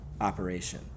operation